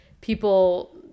people